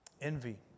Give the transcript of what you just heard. Envy